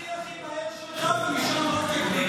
תתחיל הכי מהר שלך ומשם רק תגביר.